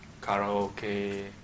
karaoke